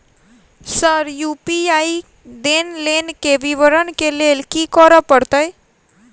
Sir UPI लेनदेन केँ विवरण केँ लेल की करऽ परतै?